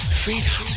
freedom